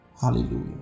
hallelujah